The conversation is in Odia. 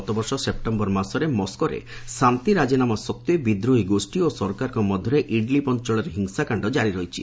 ଗତବର୍ଷ ସେପ୍ଟେମ୍ବର ମାସରେ ମସ୍କୋରେ ଶାନ୍ତି ରାଜିନାମା ସତ୍ତ୍ୱେ ବିଦ୍ରୋହୀ ଗୋଷ୍ଠୀ ଓ ସରକାରଙ୍କ ମଧ୍ୟରେ ଇଡ୍ଲିଭ୍ ଅଞ୍ଚଳରେ ହିଂସାକାଣ୍ଡ କାରି ରହିଛି